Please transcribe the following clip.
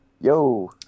yo